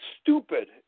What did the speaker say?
stupid